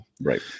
right